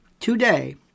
Today